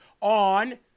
on